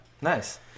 Nice